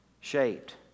shaped